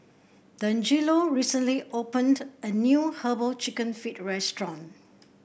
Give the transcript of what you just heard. Dangelo recently opened a new herbal chicken feet restaurant